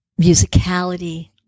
musicality